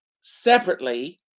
separately